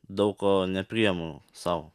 daug ko nepriimu sau